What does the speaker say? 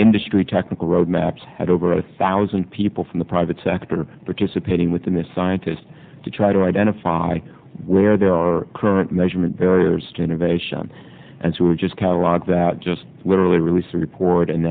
industry technical roadmaps had over a thousand people from the private sector participating within this scientist to try to identify where there are current measurement barriers to innovation and so we just catalog that just literally release a report and